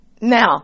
Now